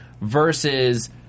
versus